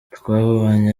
twabonye